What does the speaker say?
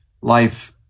life